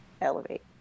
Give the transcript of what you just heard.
elevate